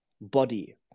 body